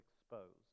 exposed